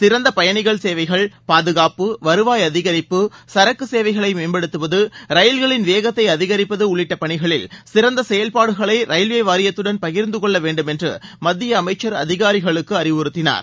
சிறந்த பயனிகள் சேவைகள் பாதுகாப்பு வருவாய் அதிகரிப்பு சரக்கு சேவைகளை மேம்படுத்துவது ரயில்களின் வேகத்தை அதிகரிப்பது உள்ளிட்ட பணிகளில் சிறந்த செயல்பாடுகளை ரயில்வே வாரியத்துடன் பகிர்ந்து கொள்ள வேண்டுமென்று மத்திய அமைச்சர் அதிகாரிகளுக்கு அறிவறுத்தினார்